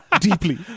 deeply